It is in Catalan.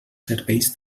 serveis